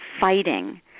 fighting